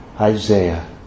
Isaiah